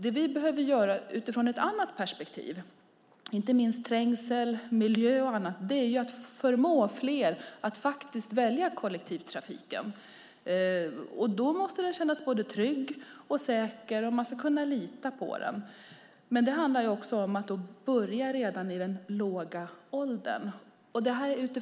Inte minst ur trängsel och miljöperspektiv behöver vi förmå fler att välja kollektivtrafiken. Den måste kännas trygg och säker. Det gäller därför att börja redan med de låga åldrarna.